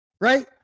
right